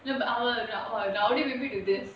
no but அவ:ava